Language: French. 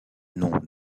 nom